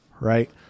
right